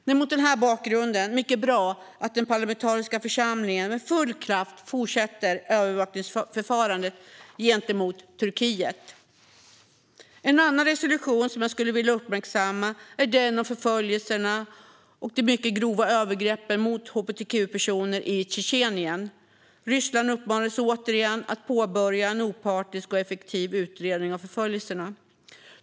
Det är mot denna bakgrund mycket bra att den parlamentariska församlingen med full kraft fortsätter övervakningsförfarandet gentemot Turkiet. En annan resolution som jag skulle vilja uppmärksamma är den om förföljelserna och de mycket grova övergreppen mot hbtq-personer i Tjetjenien. Ryssland uppmanades återigen att påbörja en opartisk och effektiv utredning av förföljelserna.